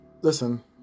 Listen